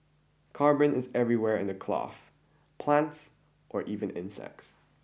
carbon is everywhere in the cloth plants or even insects